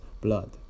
blood